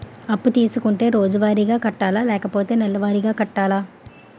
అప్పు తీసుకుంటే రోజువారిగా కట్టాలా? లేకపోతే నెలవారీగా కట్టాలా?